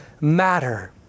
matter